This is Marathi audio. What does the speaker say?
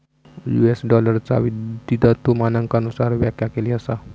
यू.एस डॉलरचा द्विधातु मानकांनुसार व्याख्या केली असा